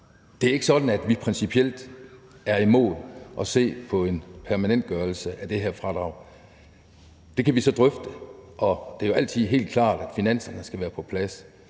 at det ikke er sådan, at vi principielt er imod at se på en permanentgørelse af det her fradrag. Det kan vi drøfte. Det er jo som altid helt klart, at finanserne skal være på plads.